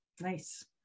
Nice